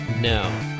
No